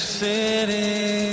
city